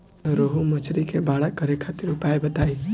रोहु मछली के बड़ा करे खातिर उपाय बताईं?